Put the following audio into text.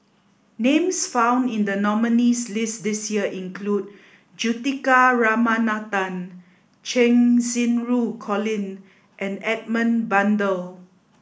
names found in the nominees' list this year include Juthika Ramanathan Cheng Xinru Colin and Edmund Blundell